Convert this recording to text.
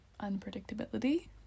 unpredictability